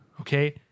okay